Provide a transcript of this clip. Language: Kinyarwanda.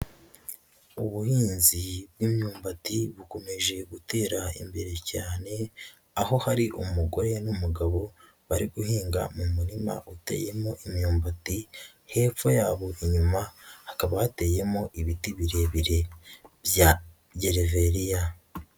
Ubuhinzi bw'imyumbati bukomeje gutera imbere cyane, aho hari umugore n'umugabo bari guhinga mu murima uteyemo imyumbati, hepfo yabo inyuma hakaba hateyemo ibiti birebire bya gereveriya.